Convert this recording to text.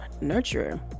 nurture